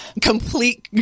complete